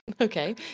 okay